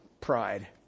pride